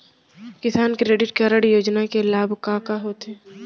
किसान credit card योजना के लाभ का का होथे?